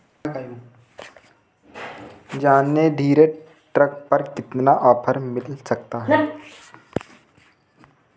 John Deere tractor पर कितना offer मिल सकता है?